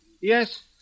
Yes